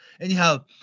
Anyhow